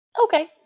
Okay